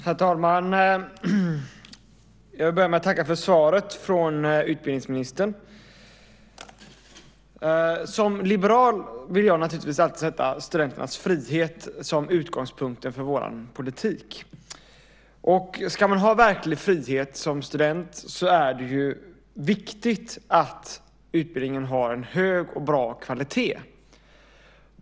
Herr talman! Jag börjar med att tacka för svaret från utbildningsministern. Som liberal vill jag naturligtvis alltid sätta studenternas frihet som utgångspunkt för vår politik. Om man ska ha verklig frihet som student är det viktigt att utbildningen har en hög och bra kvalitet.